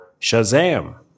Shazam